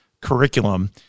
curriculum